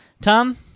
Tom